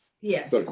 Yes